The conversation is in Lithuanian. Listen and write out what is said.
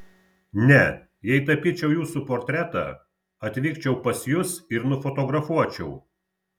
ne jei tapyčiau jūsų portretą atvykčiau pas jus ir nufotografuočiau